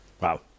Wow